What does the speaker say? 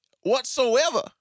Whatsoever